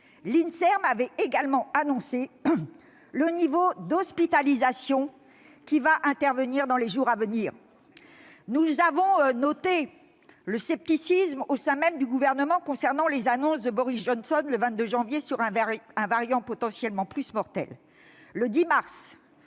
L'Inserm avait également annoncé le niveau d'hospitalisation auquel nous allons parvenir dans les jours à venir. Nous avons noté le scepticisme, au sein même du Gouvernement, concernant les annonces de Boris Johnson le 22 janvier sur un variant potentiellement plus mortel.